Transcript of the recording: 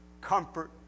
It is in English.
Comfort